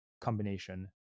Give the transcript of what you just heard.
combination